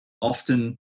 often